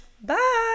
bye